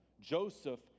Joseph